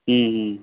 হুম হুম